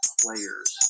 players